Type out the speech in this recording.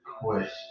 question